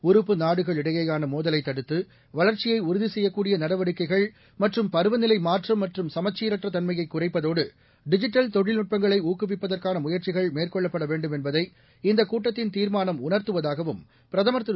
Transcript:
உறுப்பு நாடுகளிடையேயான மோதலைத் தடுத்து வளர்ச்சியை உறுதி செய்யக்கூடிய நடவடிக்கைகள் மற்றும் பருவநிலை மாற்றம் மற்றும் சமச்சசீரற்ற தன்மையைக் குறைப்பததோடு டிஜிட்டல் தொழில்நுட்பங்களை ஊக்குவிப்பதற்கான முயற்சிகள் மேற்கொள்ளப்பட வேண்டும் என்பதை இந்தக் கூட்டத்தின் தீர்மானம் உணர்த்துவதாகவும் பிரதமர் திரு